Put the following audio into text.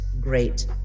great